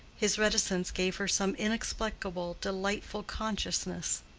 his reticence gave her some inexplicable, delightful consciousness.